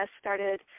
started